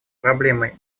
проблемой